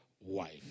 wife